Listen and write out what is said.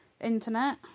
internet